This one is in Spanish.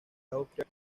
austria